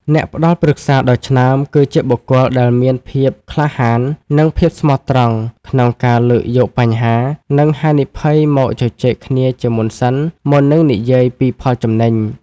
អ្នកផ្ដល់ប្រឹក្សាដ៏ឆ្នើម គឺជាបុគ្គលដែលមានភាពក្លាហាន និងភាពស្មោះត្រង់ក្នុងការលើកយកបញ្ហា និងហានិភ័យមកជជែកគ្នាជាមុនសិន មុននឹងនិយាយពីផលចំណេញ។